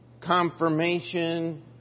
confirmation